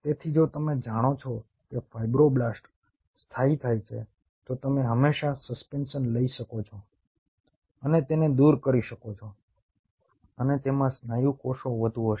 તેથી જો તમે જાણો છો કે ફાઇબ્રોબ્લાસ્ટ સ્થાયી થાય છે તો તમે હંમેશા સસ્પેન્શન લઈ શકો છો અને તેને દૂર કરી શકો છો અને તેમાં સ્નાયુ કોષો વધુ હશે